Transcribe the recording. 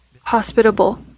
hospitable